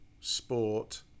sport